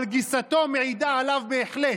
אבל גיסתו מעידה עליו בהחלט.